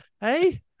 Hey